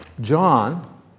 John